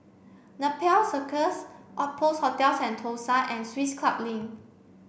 Nepal Circus Outpost Hotel Sentosa and Swiss Club Link